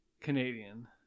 Canadian